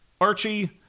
Archie